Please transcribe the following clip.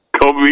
Kobe